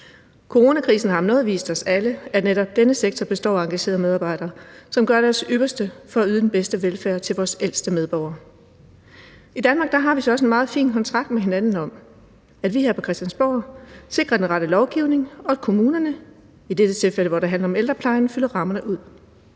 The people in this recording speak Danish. Coronakrisen har om noget vist os alle, at netop denne sektor består af engagerede medarbejdere, som gør deres ypperste for at yde den bedste velfærd til vores ældste medborgere. I Danmark har vi også en meget fin kontrakt med hinanden om, at vi her på Christiansborg sikrer den rette lovgivning, og at kommunerne i dette tilfælde, hvor det handler om ældreplejen, fylder rammerne ud.